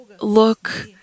look